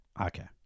Okay